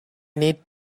need